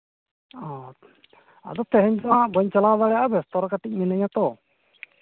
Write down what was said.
ᱚ ᱟᱫᱚ ᱛᱮᱦᱤᱧ ᱵᱟᱹᱧ ᱪᱟᱞᱟᱣ ᱫᱟᱲᱮᱭᱟᱜᱼᱟ ᱵᱮᱥᱛᱚ ᱨᱮ ᱠᱟᱹᱴᱤᱡ ᱢᱤᱱᱟᱹᱧᱟ ᱛᱚ